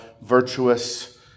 virtuous